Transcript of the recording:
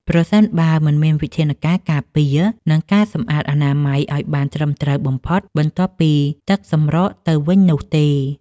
ប្រសិនបើមិនមានវិធានការការពារ និងការសម្អាតអនាម័យឱ្យបានត្រឹមត្រូវបំផុតបន្ទាប់ពីទឹកសម្រកទៅវិញនោះទេ។